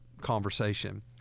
conversation